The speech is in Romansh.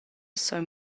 sogn